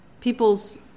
people's